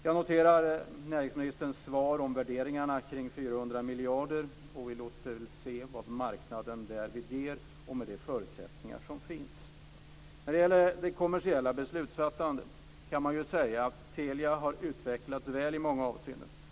Jag noterar näringsministerns svar om värderingarna kring 400 miljarder. Vi får se vad marknaden därvid ger med de förutsättningar som finns. När det gäller det kommersiella beslutsfattandet kan man ju säga att Telia har utvecklats väl i många avseenden.